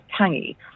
tangy